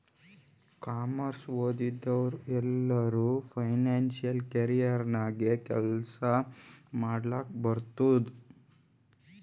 commerce ಓದಿದವ್ರು ಎಲ್ಲರೂ financial career ನಾಗೆ ಕೆಲ್ಸಾ ಮಾಡ್ಲಕ್ ಬರ್ತುದ್